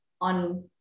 on